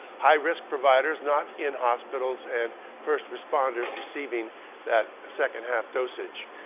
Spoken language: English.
high-risk providers not in hospitals, and first responders receiving that second half dosage.